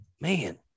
man